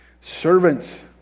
servants